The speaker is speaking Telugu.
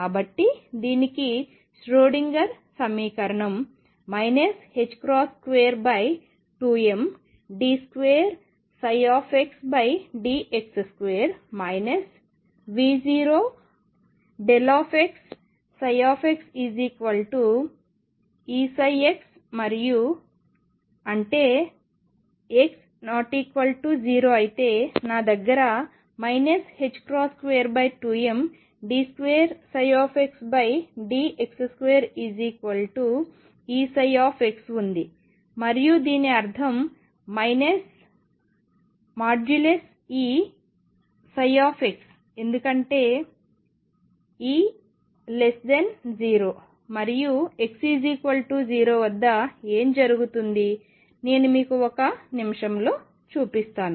కాబట్టి దీనికి ష్రోడింగర్ సమీకరణం 22md2xdx2 V0xxEψ మరియు అంటే x≠0 అయితే నా దగ్గర 22md2xdx2Eψ ఉంది మరియు దీని అర్థం Eψ ఎందుకంటే E0 మరియు x0 వద్ద ఏమి జరుగుతుంది నేను మీకు ఒక నిమిషంలో చూపిస్తాను